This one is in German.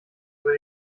über